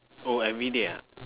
oh everyday ah